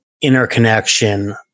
interconnection